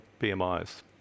BMIs